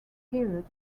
period